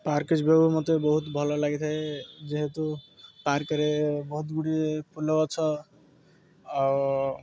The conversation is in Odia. ପାର୍କେଜ ବାବୁ ମୋତେ ବହୁତ ଭଲ ଲାଗିଥାଏ ଯେହେତୁ ପାର୍କରେ ବହୁତ ଗୁଡ଼ିଏ ଫୁଲ ଗଛ ଆଉ